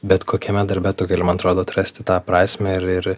bet kokiame darbe tu gali man atrodo atrasti tą prasmę ir ir